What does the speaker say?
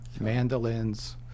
mandolins